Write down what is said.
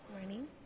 morning